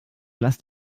lass